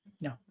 No